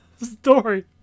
story